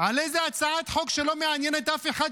על איזו הצעת חוק שלא מעניינת אף אחד